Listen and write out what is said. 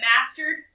mastered